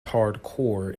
hardcore